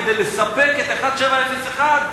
כדי לספק את 1701,